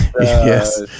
Yes